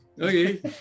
Okay